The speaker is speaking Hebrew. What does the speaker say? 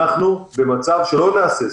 אנחנו במצב שלא נהסס.